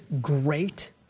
great